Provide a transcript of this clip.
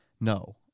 No